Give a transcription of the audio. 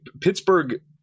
Pittsburgh